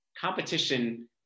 competition